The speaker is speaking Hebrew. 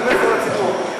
זה נטו לציבור.